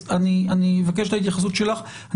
אני מבקש את ההתייחסות שלך.